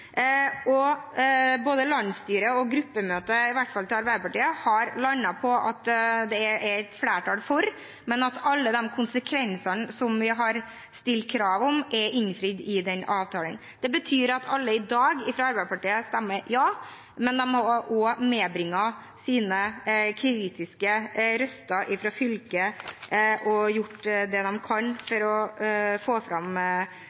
vært både ja og nei. Både landsstyret og gruppemøtet i Arbeiderpartiet har landet på et flertall for, men alle krav vi har stilt når det gjelder konsekvensene, er innfridd i avtalen. Det betyr at alle fra Arbeiderpartiet i dag stemmer ja, men de har også brakt med seg kritiske røster fra fylkene og gjort det de kan for å få fram